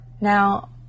Now